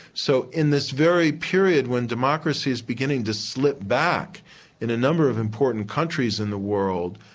so in this very period when democracy is beginning to slip back in number of important countries in the world,